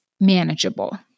manageable